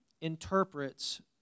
interprets